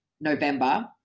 November